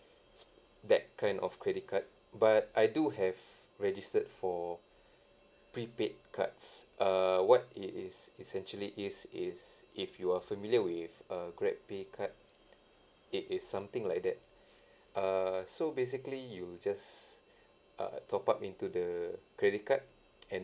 that kind of credit card but I do have registered for prepaid cards err what it is is actually is is if you are familiar with uh grabpay card it is something like that err so basically you just uh top up into the credit card and